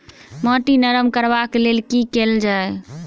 माटि नरम करबाक लेल की केल जाय?